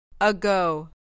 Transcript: ago